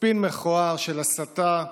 ספין מכוער של הסתה,